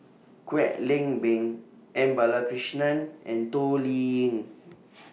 Kwek Leng Beng M Balakrishnan and Toh Liying